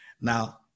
Now